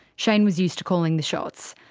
shane was used to calling the shots.